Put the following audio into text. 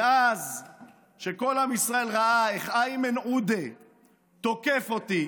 מאז שכל עם ישראל ראה איך איימן עודה תוקף אותי